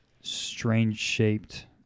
strange-shaped